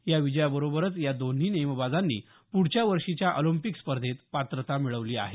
या विजयाबरोबरच या दोन्ही नेमबाजांनी पुढच्या वर्षीच्या ऑलिम्पिक स्पर्धेत पात्रता मिळवली आहे